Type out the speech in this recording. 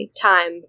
time